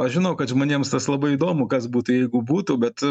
aš žinau kad žmonėms tas labai įdomu kas būtų jeigu būtų bet